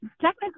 technically